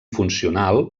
funcional